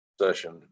session